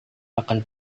akan